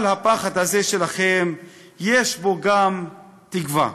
אבל הפחד הזה שלכם יש בו גם תקווה,